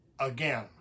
again